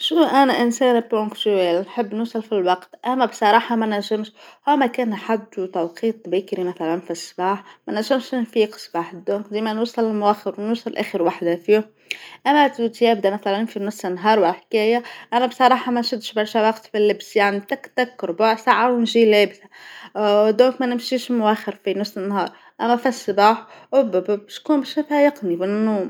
شو أنا انسانة برونكشويال نحب نوصل في الوقت، أنا بصراحة ما نجمش اما كان حددوا توقيت بكري مثلا في الصباح ما نجمش نفيق الصباح الظهر، ديما نوصل نوخر نوصل آخر وحدة فيهم، أنا توتيادا مثلا في نص النهار وحكاية أنا بصراحة ما شتش برشا وقت في اللبس يعنى تك تك ربع ساعة ونجي لابسة، ودوك ما نمشيش موخر فى نص النهار أما في الصباح أوب أوب بشكون بيشا فايقنى بالنوم.